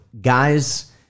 guys